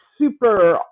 super